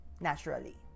naturally